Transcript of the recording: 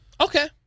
Okay